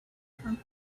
from